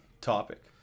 topic